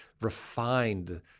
refined